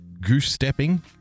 goose-stepping